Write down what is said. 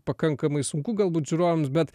pakankamai sunku galbūt žiūrovams bet